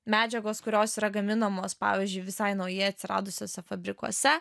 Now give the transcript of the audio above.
medžiagos kurios yra gaminamos pavyzdžiui visai naujai atsiradusiuose fabrikuose